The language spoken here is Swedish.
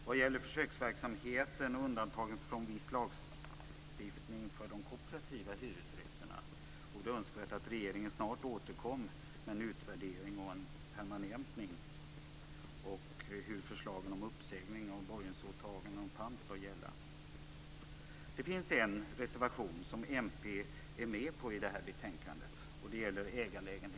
Vad gäller försöksverksamheten och undantagen från viss lagstiftning för de kooperativa hyresrätterna vore det önskvärt att regeringen snart återkom med en utvärdering och en permanentning av hur förslagen om uppsägning, borgensåtagande och pant bör gälla. Det finns en reservation till det här betänkandet som mp är med på. Det gäller ägarlägenheter.